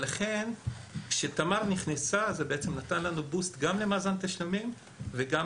לכן כשתמר נכנסה זה נתן לנו boost גם למאזן תשלומים וגם